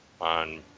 on